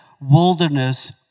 wilderness